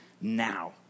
now